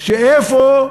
איפה,